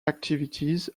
activities